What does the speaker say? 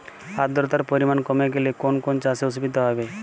আদ্রতার পরিমাণ কমে গেলে কোন কোন চাষে অসুবিধে হবে?